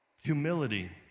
Humility